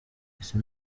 ese